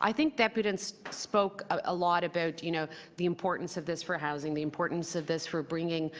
i think debutants spoke a lot about you know the importance of this for housing, the importance of this for bringing